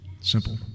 Simple